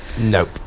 Nope